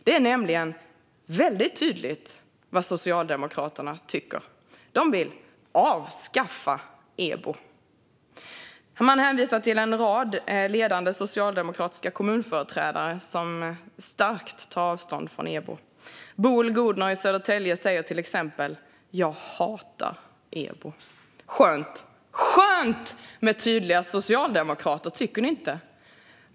Det är nämligen väldigt tydligt vad Socialdemokraterna tycker. De vill avskaffa EBO. De hänvisar till en rad ledande socialdemokratiska kommunföreträdare som starkt tar avstånd från EBO. Till exempel säger Boel Godner i Södertälje: "Jag hatar EBO." Skönt med tydliga socialdemokrater! Tycker ni inte?